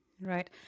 Right